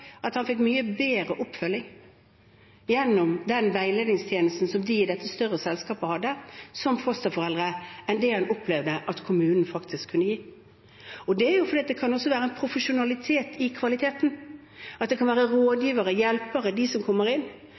at han fikk mye bedre oppfølging gjennom den veiledningstjenesten for fosterforeldre som de i dette større selskapet hadde, enn det han opplevde at kommunen faktisk kunne gi. Det er fordi det også kan være en profesjonalitet i kvaliteten – at det kan være rådgivere, hjelpere som kommer inn.